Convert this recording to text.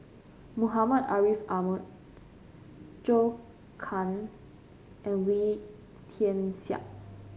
Muhammad Ariff Ahmad Zhou Can and Wee Tian Siak